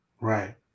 Right